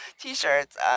t-shirts